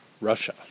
Russia